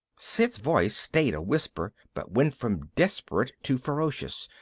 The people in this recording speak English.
sid's voice stayed a whisper but went from desperate to ferocious.